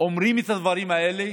אומרים את הדברים האלה,